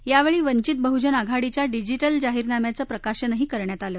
यावेळी वंचित बहुजन आघाडीच्या डिजि क्रि जाहीरनाम्याच प्रकाशनही करण्यात आलं